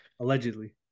allegedly